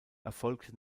erfolgte